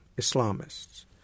islamists